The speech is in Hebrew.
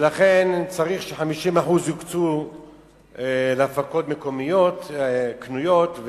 ולכן צריך ש-50% יוקצו להפקות מקומיות קנויות,